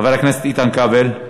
חבר הכנסת איתן כבל,